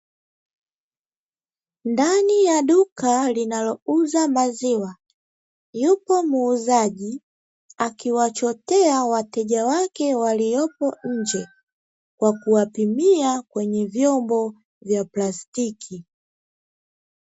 Ndani ya duka linalouza maziwa yupo muuzaji akiwachotea wateja wake waliopo nje kwa kuwapimia kwenye vyombo vya plastiki.